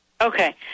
Okay